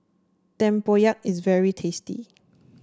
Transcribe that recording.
Tempoyak is very tasty